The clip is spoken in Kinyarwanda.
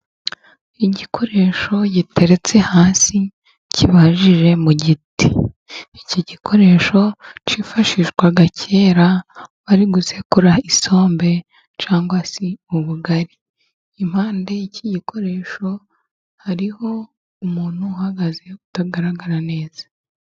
Igikoresho giteretse hasi kibajije mu giti. Iki gikoresho cyifashishwaga kera bari gusekura isombe cyangwa se ubugari. Impande y'iki gikoresho hariho umuntu uhagaze utagaragara neza.